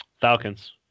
Falcons